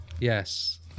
Yes